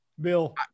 Bill